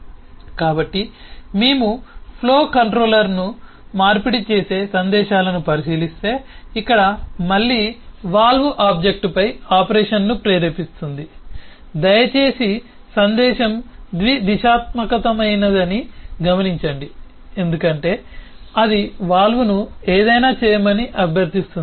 కాబట్టి మేము ఫ్లో కంట్రోలర్ను మార్పిడి చేసే సందేశాలను పరిశీలిస్తే ఇక్కడ మళ్ళీ వాల్వ్ ఆబ్జెక్ట్పై ఆపరేషన్ను ప్రేరేపిస్తుంది దయచేసి సందేశం ద్వి దిశాత్మకమైనదని గమనించండి ఎందుకంటే అది వాల్వ్ను ఏదైనా చేయమని అభ్యర్థిస్తోంది